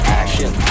action